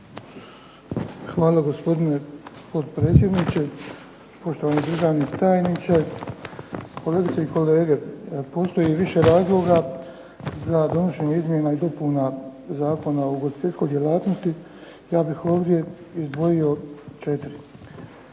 Hvala gospodine potpredsjedniče, poštovani državni tajniče, kolegice i kolege. Postoji više razloga za donošenje izmjena i dopuna Zakona o ugostiteljskoj djelatnosti. Ja bih ovdje izdvojio 4.